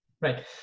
right